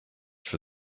for